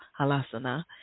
Halasana